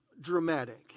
dramatic